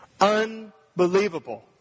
unbelievable